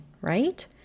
right